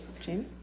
Jamie